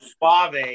Suave